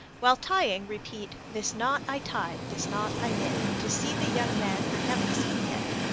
while tying repeat this knot i tie, this knot i knit, to see the young man i haven't seen yet.